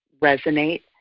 resonate